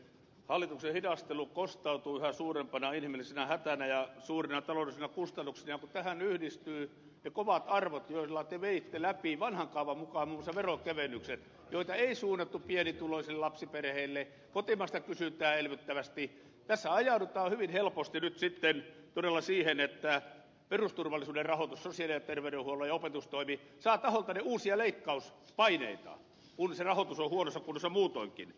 hallituksen hidastelu kostautuu yhä suurempana inhimillisenä hätänä ja suurina taloudellisina kustannuksina ja kun tähän yhdistyvät ne kovat arvot joilla te veitte läpi vanhan kaavan mukaan muun muassa veronkevennykset joita ei suunnattu pienituloisille lapsiperheille kotimaista kysyntää elvyttävästi niin tässä ajaudutaan hyvin helposti nyt todella siihen että perusturvallisuuden rahoitus sosiaali ja terveydenhuolto ja opetustoimi saa taholtanne uusia leikkauspaineita kun se rahoitus on huonossa kunnossa muutoinkin